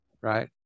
Right